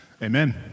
Amen